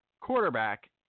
quarterback